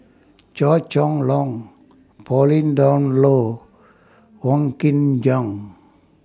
Chua Chong Long Pauline Dawn Loh Wong Kin Jong